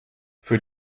für